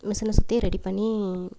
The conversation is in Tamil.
மிசினை சுற்றியும் ரெடி பண்ணி